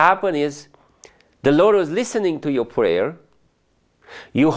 happened is the lord was listening to your prayer you